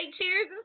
cheers